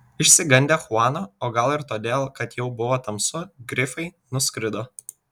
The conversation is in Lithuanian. išsigandę chuano o gal ir todėl kad jau buvo tamsu grifai nuskrido